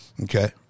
Okay